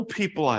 people